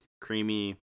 creamy